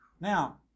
Now